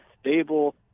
stable